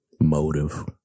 Motive